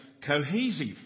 cohesive